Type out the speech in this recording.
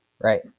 Right